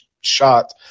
shot